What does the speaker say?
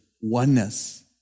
oneness